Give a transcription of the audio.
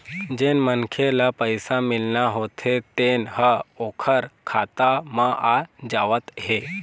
जेन मनखे ल पइसा मिलना होथे तेन ह ओखर खाता म आ जावत हे